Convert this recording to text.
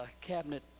cabinet